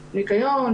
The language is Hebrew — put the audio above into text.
ניקיון,